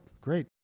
great